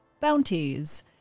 Bounties